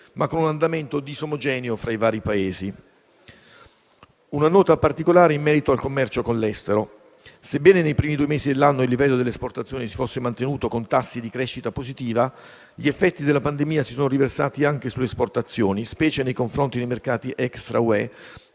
ma con un andamento disomogeneo fra i vari Paesi. Una nota particolare in merito al commercio con l'estero. Sebbene nei primi due mesi dell'anno il livello delle esportazioni si fosse mantenuto con tassi di crescita positiva, gli effetti della pandemia si sono riversati anche sulle esportazioni, specie nei confronti dei mercati extra UE,